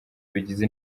bigize